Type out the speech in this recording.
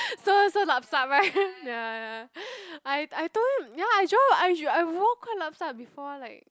so so lup-sup right ya ya I I told him ya I try I I wore quite lup-sup before like